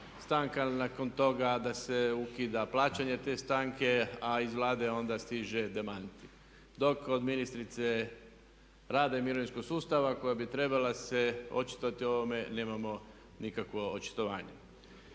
stanka, a nakon toga da se ukida plaćanje te stanke a iz Vlade onda stiže demanti. Dok kod ministrice rada i mirovinskog sustava koja bi trebala se očitovati o ovome nemamo nikakvo očitovanje.